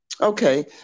Okay